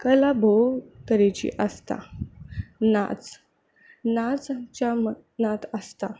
कला भोव तरेची आसता नाच नाच आमच्या मनांत आसता